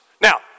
Now